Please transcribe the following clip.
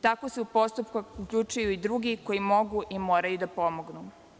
Tako se u postupak uključuju i drugi koji mogu i moraju da pomognu.